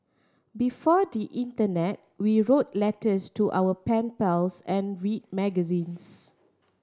before the internet we wrote letters to our pen pals and read magazines